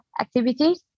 activities